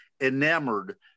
enamored